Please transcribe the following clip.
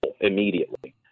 immediately